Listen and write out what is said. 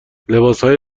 لباسهای